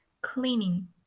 cleaning